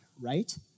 right